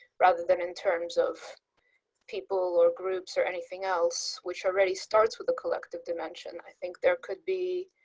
rather than in terms of people or groups or anything else which already starts with the collective dimension, i think there could be,